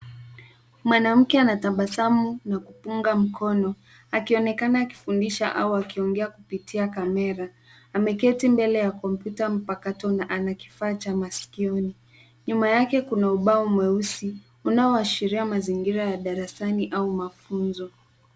Mwanamke anatabasamu na kupunga mkono akionekana akifundisha au akiongea kupitia kamera ameketi mbele ya kompyuta mpakato na anakifaa cha maskioni nyuma yake kuna ubao mweusi unaoashiria mazingira ya darasani au mafunzo.